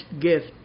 gift